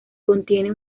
contiene